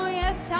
yes